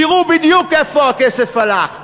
תראו בדיוק איפה הכסף הלך,